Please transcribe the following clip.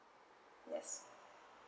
yes